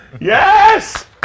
Yes